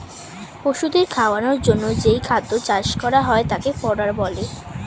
পশুদের খাওয়ানোর জন্যে যেই খাদ্য চাষ করা হয় তাকে ফডার বলে